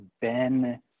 Ben